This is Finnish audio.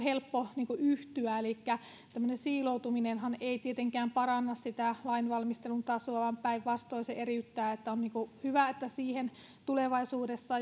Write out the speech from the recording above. helppo yhtyä elikkä tämmöinen siiloutuminenhan ei tietenkään paranna sitä lainvalmistelun tasoa päinvastoin se eriyttää on hyvä että siihen tulevaisuudessa